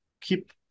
keep